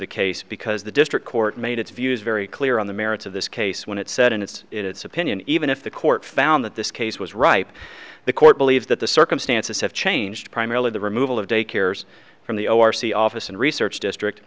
the case because the district court made its views very clear on the merits of this case when it said in its in its opinion even if the court found that this case was ripe the court believes that the circumstances have changed primarily the removal of daycares from the o r c office and research district